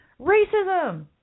Racism